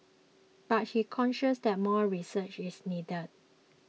but he cautions that more research is needed